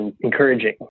encouraging